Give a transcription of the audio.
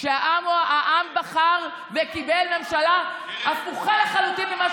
שהעם בחר וקיבל ממשלה הפוכה לחלוטין ממה